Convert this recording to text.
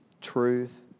truth